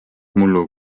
mullu